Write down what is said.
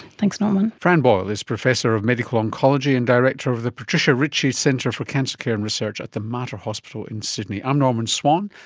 thanks norman. frank boyle is professor of medical oncology and director of the patricia ritchie centre for cancer care and research at the mater hospital in sydney. i'm norman swan,